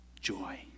joy